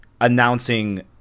announcing